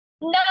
no